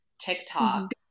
tiktok